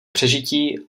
přežití